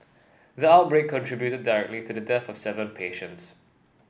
the outbreak contributed directly to the death of seven patients